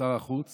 שר החוץ